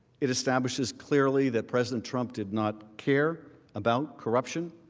it establishes clearly that president trump did not care about corruption.